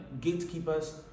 gatekeepers